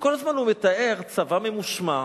וכל הזמן הוא מתאר צבא ממושמע,